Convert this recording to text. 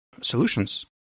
solutions